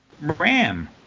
RAM